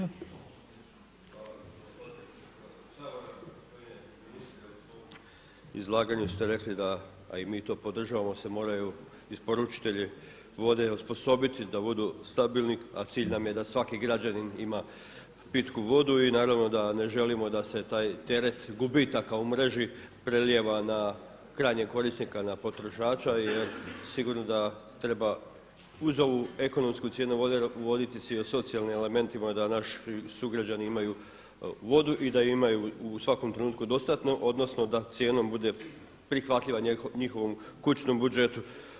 Gospodine ministre, u svom izlaganju ste rekli da a i mi to podržavamo se moraju isporučitelji vode osposobiti da budu stabilni a cilj nam je da svaki građanin ima pitku vodu i naravno da ne želimo da se taj teret gubi takav u mreži, prelijeva na krajnjeg korisnika na potrošača jer sigurno da treba uz ovu ekonomsku cijenu vode voditi se i o socijalnim elementima da naši sugrađani imaju vodu i da imaju u svakom trenutku dostatno odnosno da cijenom bude prihvatljiva njihovom kućnom budžetu.